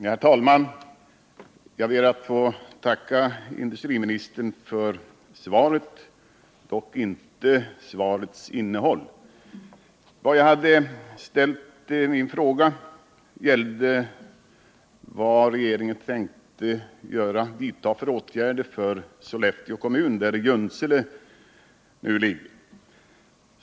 Herr talman! Jag ber att få tacka industriministern för svaret, dock inte för svarets innehåll. Min fråga gällde vad regeringen tänker vidta för åtgärder för Sollefteå kommun, där Junsele ligger.